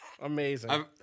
Amazing